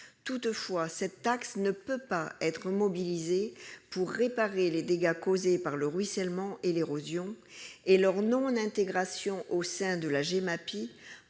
Toutefois, cette taxe ne peut pas être mobilisée pour réparer les dégâts causés par le ruissellement et l'érosion, et leur non-intégration au sein de la Gemapi